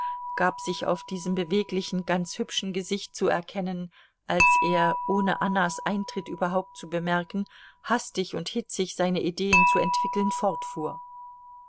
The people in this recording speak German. gab sich auf diesem beweglichen ganz hübschen gesicht zu erkennen als er ohne annas eintritt überhaupt zu bemerken hastig und hitzig seine ideen zu entwickeln fortfuhr